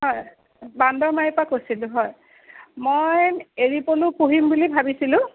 হয় বান্দৰমাৰীৰ পৰা কৈছিলো হয় মই এৰি পলু পোহিম বুলি ভাবিছিলো